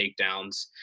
takedowns